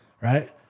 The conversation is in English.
Right